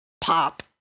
pop